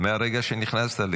חבריי חברי הכנסת,